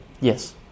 Yes